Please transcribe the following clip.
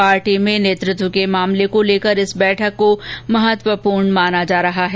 party में नेतृत्व के मामले को लेकर इसे महत्वपूर्ण माना जा रहा है